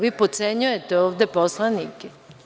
Vi potcenjujete ovde poslanike.